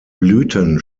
blüten